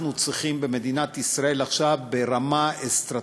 צריכים במדינת ישראל עכשיו ברמה אסטרטגית.